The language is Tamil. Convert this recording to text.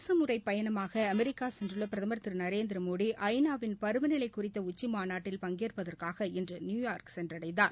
அரசுமுறைப் பயணமாக அமெரிக்கா சென்றுள்ள பிரதமர் திரு நரேந்திரமோடி ஐ நா வின் பருவநிலை குறித்த உச்சிமாநாட்டில் பங்கேற்பதற்காக இன்று நியூயார்க் சென்றடைந்தார்